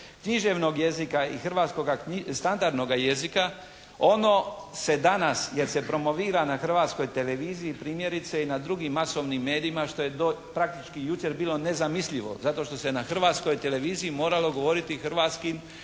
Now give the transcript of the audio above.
književnog jezika i hrvatskoga standardnoga jezika, ono se danas jer se promovira na Hrvatskoj televiziji primjerice i na drugim masovnim medijima što je praktički jučer bilo nezamislivo zato što se na Hrvatskoj televiziji moralo govoriti hrvatskim